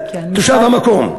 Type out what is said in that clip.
תושב המקום.